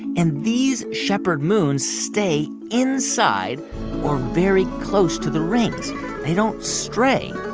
and these shepherd moons stay inside or very close to the rings. they don't stray.